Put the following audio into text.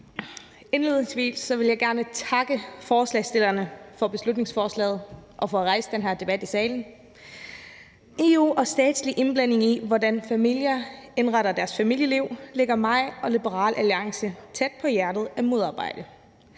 Indledningsvis vil jeg gerne takke forslagsstillerne for beslutningsforslaget og for at rejse den her debat i salen. At modarbejde EU's og statslig indblanding i, hvordan familier indretter deres familieliv, står mit og Liberal Alliances hjerte meget